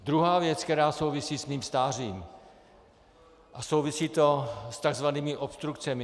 Druhá věc, která souvisí s mým stářím, a souvisí to s tzv. obstrukcemi.